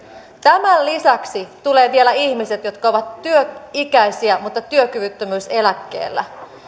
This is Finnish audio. tämän lisäksi tulevat vielä ihmiset jotka ovat työikäisiä mutta työkyvyttömyyseläkkeellä